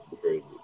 crazy